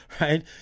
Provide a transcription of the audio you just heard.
Right